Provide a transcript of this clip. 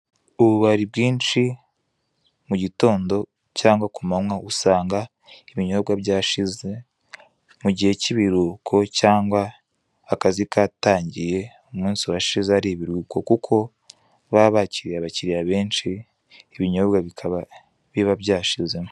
Ububari bwinshi mu gitondo cyangwa ku manywa usanga ibinyobwa byashize. Mu gihe cy'ibiruhuko cyangwa akazi katangiye, umunsi washize ari ibiruhuko. Kuko baba bakiriye abantu benshi ibinyobwa bikaba biba byashizemo.